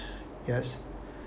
yes